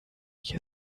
ich